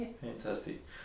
fantastic